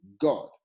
God